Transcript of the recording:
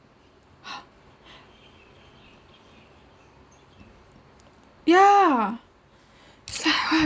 !huh! yeah